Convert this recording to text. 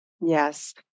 Yes